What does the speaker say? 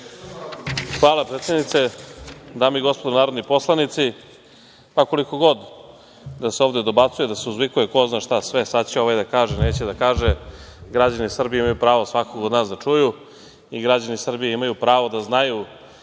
Hvala predsednice. Dame i gospodo narodni poslanici, koliko god da se ovde dobacuje, da se dovikuje ko zna šta će ovaj ovde da kaže, neće da kaže, građani Srbije imaju pravo svakog od nas da čuju i građani Srbije imaju pravo da znaju